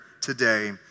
today